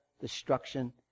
destruction